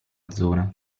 zona